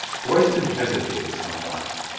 royston hesitated some while.